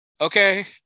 okay